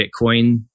bitcoin